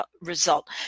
result